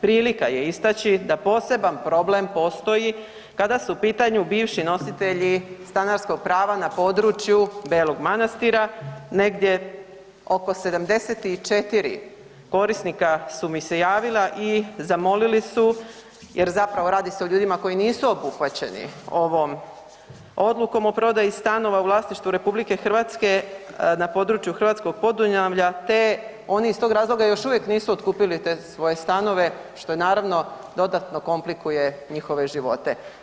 Prilika je istači da poseban problem postoji kada su u pitanju bivši nositelji stanarskog prava na području Belog Manastira, negdje oko 74 korisnika su mi se javila i zamolili su jer zapravo radi se o ljudima koji nisu obuhvaćeni ovom Odlukom o prodaji stanova u vlasništvu RH na području hrvatskog Podunavlja te oni iz tog razloga još uvijek nisu otkupili te svoje stanove, što je naravno, dodatno komplikuje njihove živote.